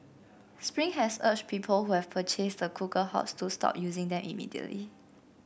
spring has urged people who have purchased the cooker hobs to stop using them immediately